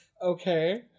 Okay